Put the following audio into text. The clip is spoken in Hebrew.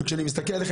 כשאני מסתכל עליכם,